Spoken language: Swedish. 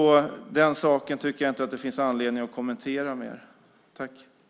Jag tycker därför inte att det finns anledning att kommentera den saken ytterligare.